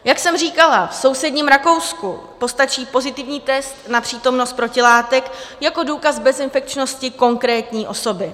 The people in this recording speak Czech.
Jak jsem již říkala, v sousedním Rakousku postačí pozitivní test na přítomnost protilátek jako důkaz bezinfekčnosti konkrétní osoby.